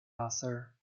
author